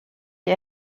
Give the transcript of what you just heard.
ihr